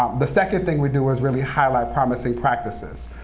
um the second thing we do is really highlight promising practices.